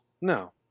No